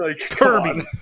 Kirby